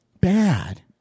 Bad